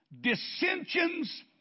dissensions